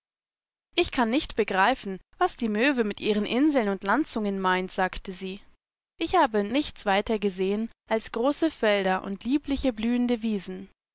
ich kann nicht begreifen was die möwe mit ihren inseln und landzungen meint sagte sie ich habe nichts weiter gesehen als große felder und liebliche blühendewiesen